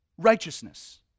Righteousness